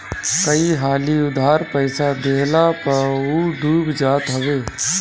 कई हाली उधार पईसा देहला पअ उ डूब जात हवे